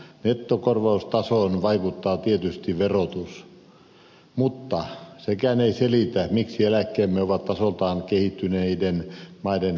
nettokorvaustasoon vaikuttaa tietysti verotus mutta sekään ei selitä miksi eläkkeemme ovat tasoltaan kehittyneiden maiden häntäpäätä